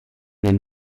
den